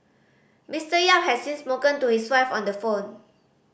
Mister Yap has since spoken to his wife on the phone